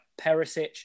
Perisic